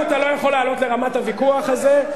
אם אתה לא יכול לעלות לרמת הוויכוח הזה,